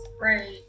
Right